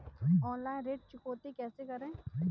Online ऋण चुकौती कैसे करें?